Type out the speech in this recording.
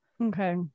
Okay